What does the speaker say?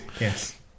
Yes